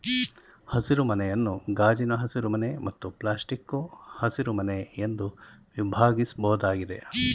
ಹಸಿರುಮನೆಯನ್ನು ಗಾಜಿನ ಹಸಿರುಮನೆ ಮತ್ತು ಪ್ಲಾಸ್ಟಿಕ್ಕು ಹಸಿರುಮನೆ ಎಂದು ವಿಭಾಗಿಸ್ಬೋದಾಗಿದೆ